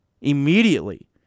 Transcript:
immediately